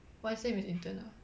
one sem is intern ah